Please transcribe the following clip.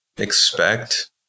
expect